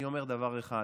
אני אומר דבר אחד: